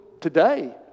today